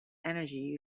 energy